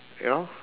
you know